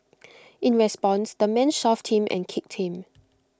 in response the man shoved him and kicked him